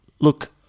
look